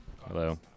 Hello